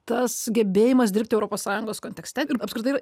tas gebėjimas dirbti europos sąjungos kontekste ir apskritai